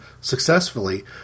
successfully